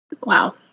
wow